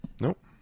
Nope